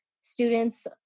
students